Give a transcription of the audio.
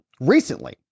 recently